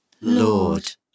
Lord